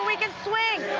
we can swing.